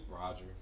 Roger